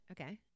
Okay